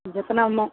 जेतनामे